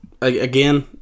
Again